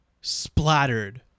splattered